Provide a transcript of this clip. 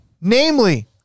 namely